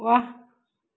वाह